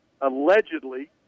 allegedly